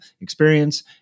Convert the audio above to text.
experience